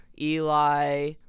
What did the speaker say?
Eli